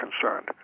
concerned